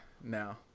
now